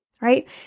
right